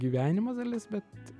gyvenimo dalis bet